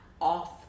off